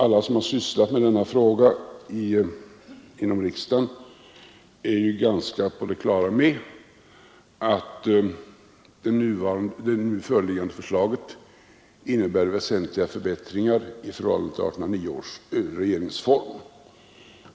Alla som har sysslat med denna fråga inom riksdagen är på det klara med att det nu föreliggande förslaget innebär väsentliga förbättringar i förhållande till 1809 års regeringsform.